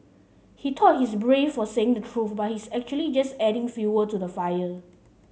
he thought he's brave for saying the truth but he's actually just adding fuel to the fire